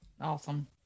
Awesome